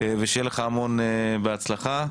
ושיהיה לך המון בהצלחה.